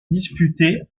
disputé